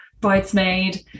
bridesmaid